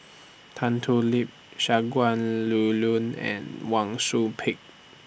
Tan Thoon Lip Shangguan Liulun and Wang Sui Pick